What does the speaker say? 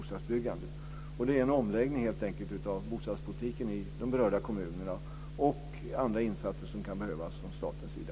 Det krävs helt enkelt en omläggning av bostadspolitiken i de berörda kommunerna och även andra insatser från statens sida.